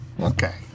Okay